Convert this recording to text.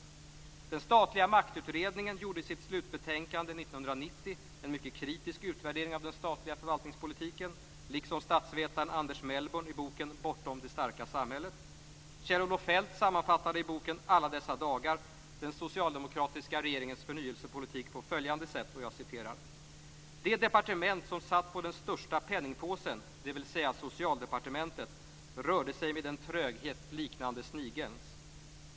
Den statliga Maktutredningen gjorde i sitt slutbetänkande 1990 en mycket kritisk utvärdering av den statliga förvaltningspolitiken, liksom statsvetaren Anders Melbourn i boken Bortom det starka samhället. Kjell-Olof Feldt sammanfattade i boken Alla dessa dagar den socialdemokratiska regeringens förnyelsepolitik på följande sätt: "Det departement som satt på den största penningpåsen, dvs socialdepartementet, rörde sig med en tröghet liknande snigelns.